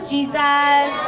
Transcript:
Jesus